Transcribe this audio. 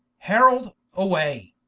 herald away,